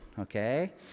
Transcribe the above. okay